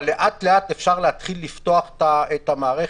אבל לאט-לאט אפשר להתחיל לפתוח את המערכת.